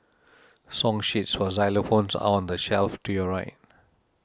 song sheets for xylophones are on the shelf to your right